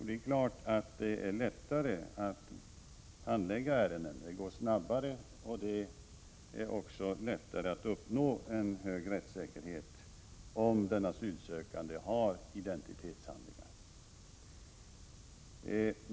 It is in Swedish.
Det är klart att det går lättare och snabbare att handlägga ärenden och att det är lättare att uppnå rättssäkerhet om den asylsökande har identitetshandlingar.